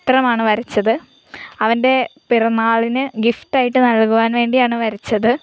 ചിത്രമാണ് വരച്ചത് അവൻ്റെ പിറന്നാളിന് ഗിഫ്റ്റായിട്ട് നൽകുവാൻ വേണ്ടിയാണ് വരച്ചത്